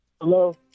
Hello